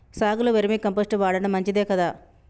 సాగులో vermicompost వాడటం మంచిదే కదా?